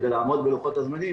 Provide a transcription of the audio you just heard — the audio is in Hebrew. כדי לעמוד בלוחות הזמנים,